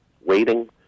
waiting